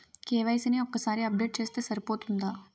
KYC ని ఒక్కసారి update చేస్తే సరిపోతుందా?